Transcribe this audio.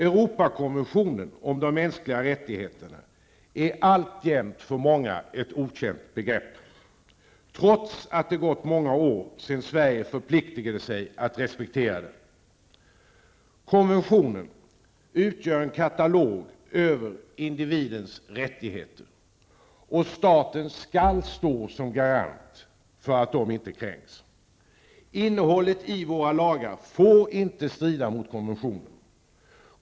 Europakonventionen om de mänskliga rättigheterna är alltjämt för många ett okänt begrepp, trots att det gått många år sedan Sverige förpliktade sig att respektera den. Konventionen utgör en katalog över individers rättigheter, och staten skall stå som garant för att de inte kränks. Innehållet i våra lagar får inte strida mot konventionen.